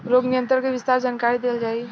रोग नियंत्रण के विस्तार जानकरी देल जाई?